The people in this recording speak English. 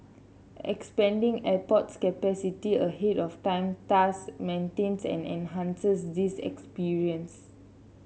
expanding airport capacity ahead of time thus maintains and enhances this experience